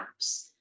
apps